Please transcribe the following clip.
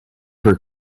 for